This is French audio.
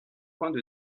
points